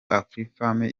afrifame